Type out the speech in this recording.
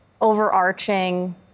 overarching